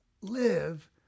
live